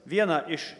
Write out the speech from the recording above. vieną iš